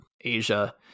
Asia